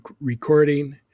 Recording